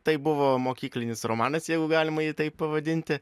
tai buvo mokyklinis romanas jeigu galima jį taip pavadinti